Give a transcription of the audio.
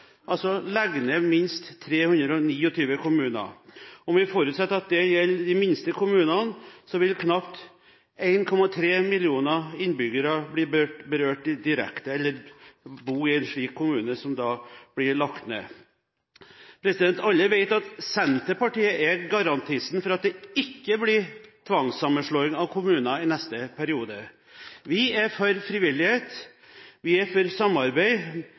altså legge ned minst 329 kommuner. Om vi forutsetter at det gjelder de minste kommunene, vil knapt 1,3 millioner innbyggere bli berørt direkte fordi de bor i en kommune som da blir lagt ned. Alle vet at Senterpartiet er garantisten for at det ikke blir tvangssammenslåing i neste periode. Vi er for frivillighet, vi er for mer og bedre samarbeid